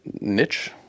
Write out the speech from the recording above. niche